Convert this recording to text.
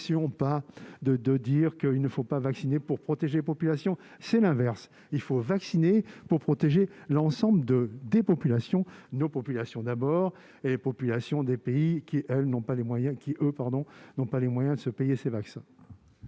pas qu'il ne faut pas vacciner pour protéger les populations. C'est l'inverse ! Il faut vacciner pour protéger l'ensemble des populations, nos populations et celles des pays qui n'ont pas les moyens de se payer ces vaccins.